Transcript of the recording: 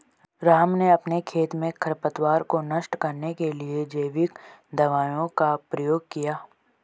राम ने अपने खेत में खरपतवार को नष्ट करने के लिए जैविक दवाइयों का प्रयोग किया